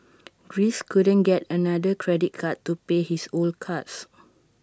Greece couldn't get another credit card to pay his old cards